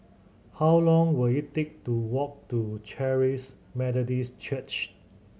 how long will it take to walk to Charis Methodist Church